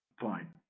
Fine